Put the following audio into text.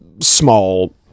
small